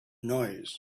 noise